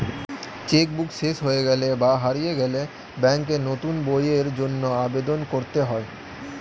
check book শেষ হলে বা হারিয়ে গেলে ব্যাঙ্কে নতুন বইয়ের জন্য আবেদন করতে হয়